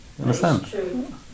Understand